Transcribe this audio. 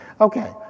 Okay